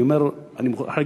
אני מוכרח להגיד,